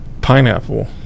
Pineapple